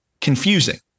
confusing